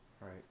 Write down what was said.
Right